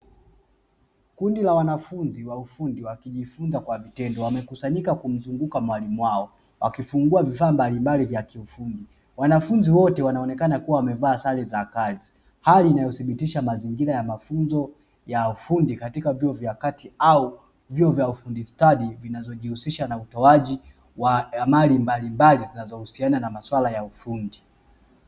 Kundi la wanafunzi wa ufundi wakijifunza kwa vitendo, wamekusanyika kumzunguka mwalimu wao, wakifungua vifaa mbalimbali vya kiufundi. Wanafunzi wote wanaonekana kuwa wamevaa sare za kazi; hali inayothibitisha mazingira ya mafunzo ya ufundi katika vyuo vya kati au vyuo vya ufundi stadi; vinazojihusisha na utoaji wa amali mbalimbali zinazohusiana na masuala ya ufundi.